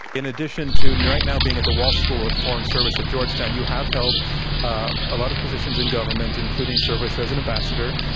in addition to right now being at the walsh school of foreign service at georgetown, you have head a lot of positions in government, including service as an ambassador.